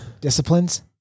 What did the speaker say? disciplines